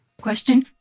Question